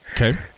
Okay